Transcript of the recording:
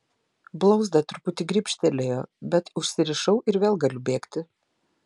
blauzdą truputį gribštelėjo bet užsirišau ir vėl galiu bėgti